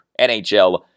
NHL